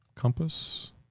compass